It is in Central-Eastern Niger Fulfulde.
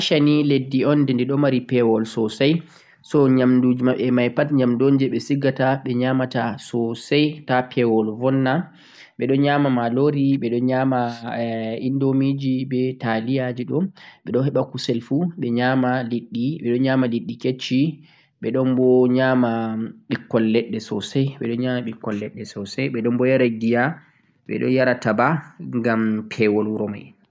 leddi Russia ni leddi un di ɗo mari pewol sosai so nyamduji maɓɓe mai pat nyamdu un je ɓe sigata ha ɓe nyamata sosai ta pewol vunna, ɓe nyama malori, ɓe ɗo nyama eh indomieji be taliyaji ɗo ɓe heɓa kusel fu ɓe nyama, hesitation ɓe ɗo nyama liɗɗi, ɓe ɗon nyama liɗɗi kecci, ɓe ɗon bo nyama ɓikkon leɗɗe sosai, ɓe ɗon nyama ɓikkon leɗɗe sosai, ɓe ɗon bo yara giya, ɓe ɗon yara taba ngam pewol wuro mai.